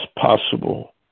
possible